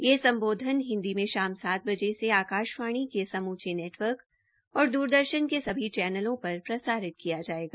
यह सम्बोधन हिन्दी में शाम सात बजे से आकाशवाणी के समूचे नेटवर्क और दूरदर्शन के सभी चैनलों पर प्रसारित किया जायेगा